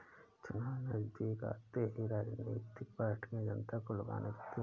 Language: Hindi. चुनाव नजदीक आते ही राजनीतिक पार्टियां जनता को लुभाने लगती है